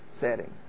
setting